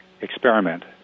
experiment